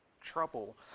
trouble